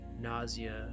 nausea